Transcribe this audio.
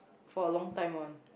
for a long time one